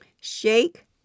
shake